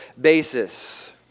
basis